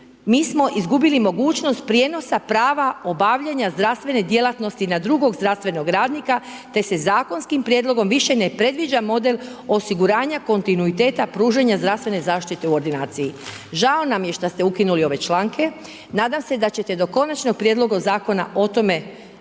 mi smo izgubili mogućnost prijenosa prava obavljanja zdravstvene djelatnosti na drugog zdravstvenog radnika te se zakonskim prijedlogom više ne predviđa model osiguranja kontinuiteta pružanja zdravstvene zaštite u ordinaciji. Žao nam je što ste ukinuli ove članke. Nadamo se da ćete do Konačnog prijedloga zakona o tome razmisliti